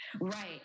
Right